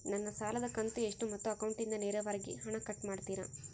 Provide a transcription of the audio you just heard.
ನನ್ನ ಸಾಲದ ಕಂತು ಎಷ್ಟು ಮತ್ತು ಅಕೌಂಟಿಂದ ನೇರವಾಗಿ ಹಣ ಕಟ್ ಮಾಡ್ತಿರಾ?